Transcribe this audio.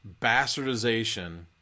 bastardization